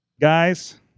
Guys